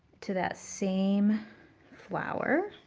to that same flower.